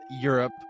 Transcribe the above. Europe